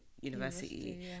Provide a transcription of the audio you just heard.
university